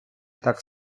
так